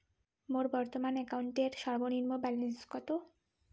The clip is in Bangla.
মোর বর্তমান অ্যাকাউন্টের সর্বনিম্ন ব্যালেন্স কত?